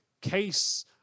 case